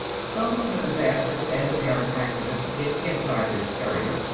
some of the disasters and apparent accidents hit inside this area,